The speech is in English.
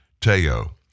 Teo